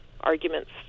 arguments